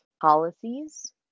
policies